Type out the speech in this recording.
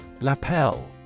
Lapel